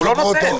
גרוטו,